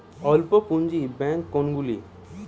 অল্প পুঁজি ব্যাঙ্ক কোনগুলি?